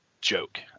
joke